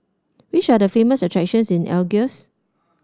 which are the famous attractions in Algiers